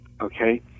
okay